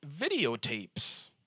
videotapes